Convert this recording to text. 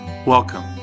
Welcome